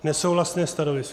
Nesouhlasné stanovisko.